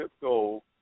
goal